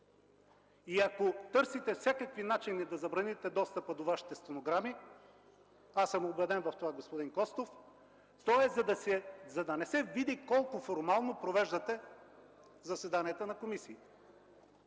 Ако търсите всякакви начини да забраните достъпа до Вашите стенограми (аз съм убеден в това, господин Костов), то е за да не се види колко формално провеждате заседанията на комисията.